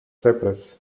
cyprus